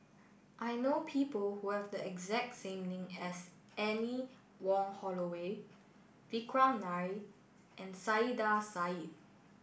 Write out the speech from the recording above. I know people who have the exact name as Anne Wong Holloway Vikram Nair and Saiedah